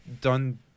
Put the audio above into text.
done